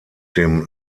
dem